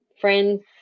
friends